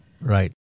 Right